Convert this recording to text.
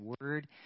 word